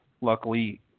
luckily